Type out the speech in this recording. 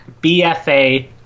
bfa